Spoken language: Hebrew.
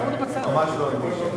ממש לא אנטישמים.